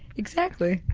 exactly,